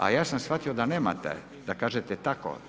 A ja sam shvatio da nemate, da kažete tako.